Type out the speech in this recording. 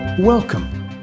Welcome